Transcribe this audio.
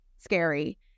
scary